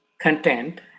content